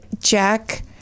Jack